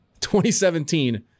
2017